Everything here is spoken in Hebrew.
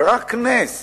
ורק נס